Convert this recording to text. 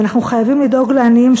ואנחנו חייבים לדאוג לעניים,